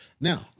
Now